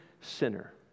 sinner